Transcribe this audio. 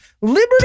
Liberty